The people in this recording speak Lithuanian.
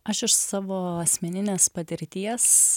aš iš savo asmeninės patirties